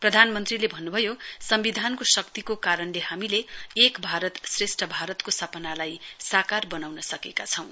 प्रधानमन्त्रीले भन्नुभयो सम्विधानको शक्तिको कारणले हामीले एक भारत श्रेष्ठ भारतको सपनालाई साकार वनाउन सकेका छौं